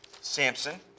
Samson